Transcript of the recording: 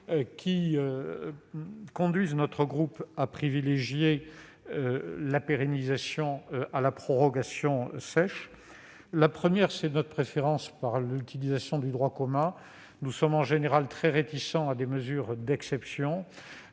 fond conduisent mon groupe à privilégier la pérennisation à la prorogation sèche. Premièrement, notre préférence pour le recours au droit commun. Nous sommes en général très réticents à des mesures d'exception.